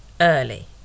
early